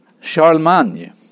Charlemagne